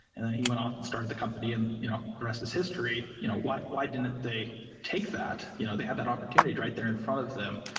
and then he went off and started the company and you know the rest is history. you know why why didn't they take that? you know they had that opportunity right there in front of them.